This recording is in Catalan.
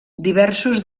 diversos